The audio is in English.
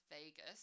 Vegas